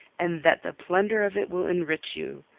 and that the plunder of it will enrich you.